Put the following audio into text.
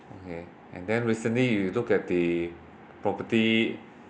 okay and then recently you look at the property